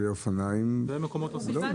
ומקומות נוספים.